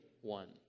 one